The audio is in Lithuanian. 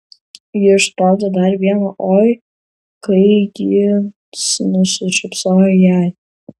ji išspaudė dar vieną oi kai jis nusišypsojo jai